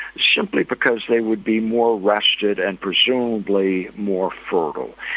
simply because they would be more rested and presumably more fertile.